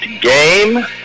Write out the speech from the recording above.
game